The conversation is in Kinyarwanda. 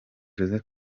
josé